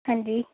ਹਾਂਜੀ